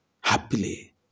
Happily